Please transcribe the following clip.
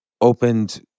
opened